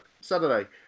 Saturday